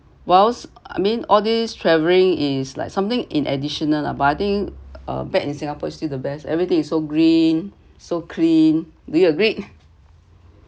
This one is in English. whilst I mean all these travelling is like something in additional lah but I think uh back in singapore is still the best everything is so green so clean do you agreed